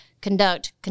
conduct